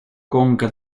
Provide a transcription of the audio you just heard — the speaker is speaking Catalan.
conca